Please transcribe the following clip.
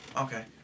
okay